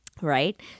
right